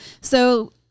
So-